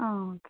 ആ ഓക്കെ